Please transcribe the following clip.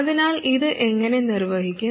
അതിനാൽ ഇത് എങ്ങനെ നിർവഹിക്കും